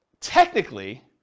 technically